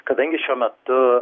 kadangi šiuo metu